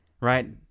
Right